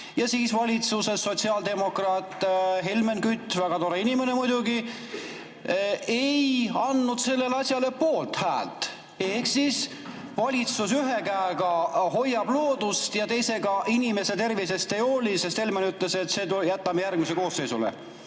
Aga valitsuses sotsiaaldemokraat Helmen Kütt, väga tore inimene muidugi, ei andnud sellele asjale poolthäält. Ehk siis valitsus ühe käega hoiab loodust ja teisega inimese tervisest ei hooli. Helmen ütles, et selle jätame järgmisele koosseisule.